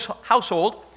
household